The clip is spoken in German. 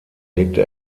legte